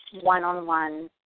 one-on-one